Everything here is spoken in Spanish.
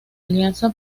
alianza